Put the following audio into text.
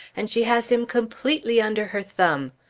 and she has him completely under her thumb.